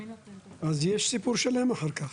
אז יש סיפור שלם אחר כך.